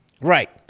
Right